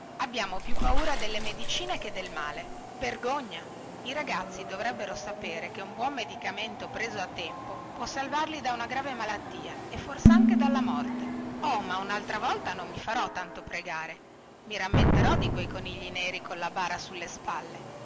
abbiamo più paura delle medicine che del male vergogna i ragazzi dovrebbero sapere che un buon medicamento preso a tempo può salvarli da una grave malattia e forsanche dalla morte oh ma unaltra volta non mi farò tanto pregare i rammenterò di quei conigli neri colla bara sulle spalle